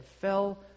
fell